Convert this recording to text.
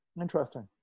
Interesting